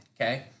Okay